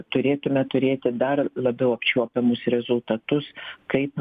turėtume turėti dar labiau apčiuopiamus rezultatus kaip